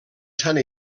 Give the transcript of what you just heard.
sant